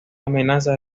amenaza